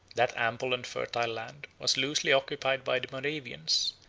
that ample and fertile land was loosely occupied by the moravians,